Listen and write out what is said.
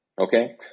Okay